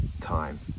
Time